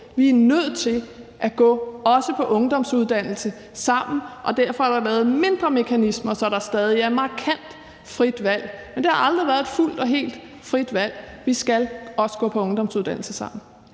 Vi er nødt til, også på ungdomsuddannelserne, at gå sammen, og derfor er der lavet mindre mekanismer, så der stadig er markant frit valg. Det har aldrig været et fuldt og helt frit valg. Vi skal også gå på ungdomsuddannelse sammen.